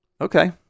Okay